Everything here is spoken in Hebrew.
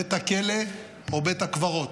בית הכלא או בית הקברות,